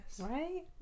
Right